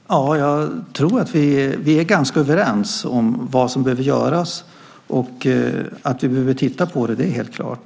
Fru talman! Jag tror att vi är ganska överens om vad som behöver göras. Att vi behöver titta på det är helt klart.